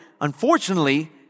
unfortunately